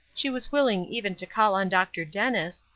she was willing even to call on dr. dennis,